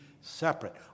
separate